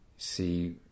see